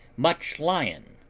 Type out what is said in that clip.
much lion,